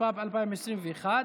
התשפ"ב 2021,